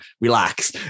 relax